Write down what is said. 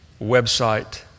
website